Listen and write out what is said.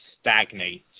stagnate